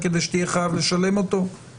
תמיד יחזור לנקודה של כן חובה או לא חובה.